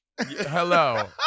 Hello